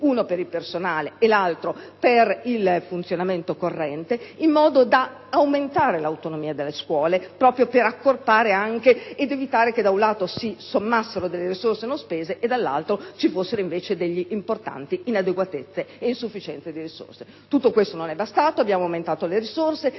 uno per il personale e l'altro per il funzionamento corrente, in modo da aumentare l'autonomia delle scuole, accorpando i capitoli di spesa ed evitando che, da un lato, si sommassero risorse non spese e, dall'altro, ci fossero invece importanti inadeguatezze e insufficienze di risorse. Tutto questo non è bastato. Avevamo aumentato le risorse